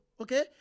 okay